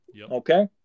okay